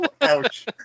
Ouch